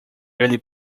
ele